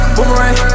Boomerang